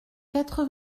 quatre